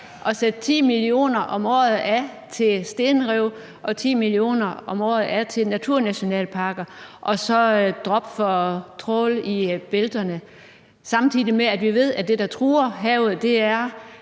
at sætte 10 mio. kr. om året af til stenrev og 10 mio. kr. om året af til naturnationalparker – og så at droppe trawl i bælterne. Samtidig med det ved vi, at det, der truer havet, er